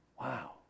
Wow